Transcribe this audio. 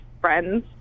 friends